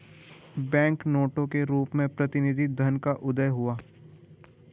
bank नोटों के रूप में प्रतिनिधि धन का उदय हुआ